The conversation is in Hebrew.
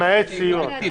למעט סיוע.